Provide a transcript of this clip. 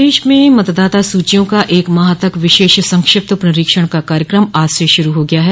प्रदेश में मतदाता सूचियों का एक माह तक विशेष संक्षिप्त प्नरीक्षण का कार्यक्रम आज से शुरू हो गया है